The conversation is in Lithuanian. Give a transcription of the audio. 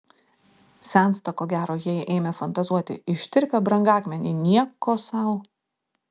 sensta ko gero jei ėmė fantazuoti ištirpę brangakmeniai nieko sau